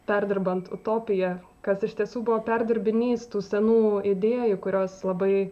perdirbant utopiją kas iš tiesų buvo perdirbinys tų senų idėjų kurios labai